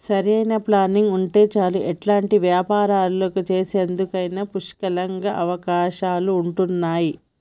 సరైన ప్లానింగ్ ఉంటే చాలు ఎలాంటి వ్యాపారాలు చేసేందుకైనా పుష్కలంగా అవకాశాలుంటయ్యి